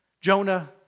Jonah